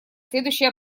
следующие